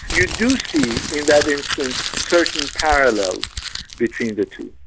you do see in that instance certain parallels between the two.